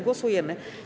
Głosujemy.